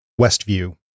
Westview